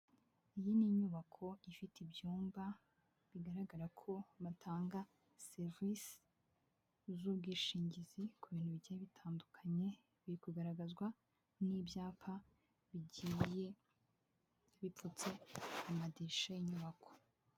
Iyi ni inyubako ifite ibyumba bigaragara ko batanga serivisi z'ubwishingizi ku bintu bigiye bitandukanye biri kugaragazwa n'ibyapa bigiye bipfutse ku madishya y'inyubako.